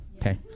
okay